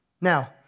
Now